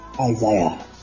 Isaiah